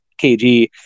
KG